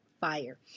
fire